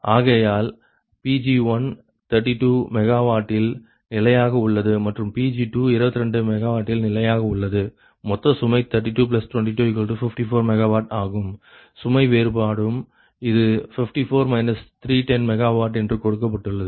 ஆகையால் Pg1 32 MW வில் நிலையாக உள்ளது மற்றும் Pg222 MW வில் நிலையாக உள்ளது மொத்த சுமை 322254 MW ஆகும் சுமை வேறுபாடும் இது 54 310 MW என்று கொடுக்கப்பட்டுள்ளது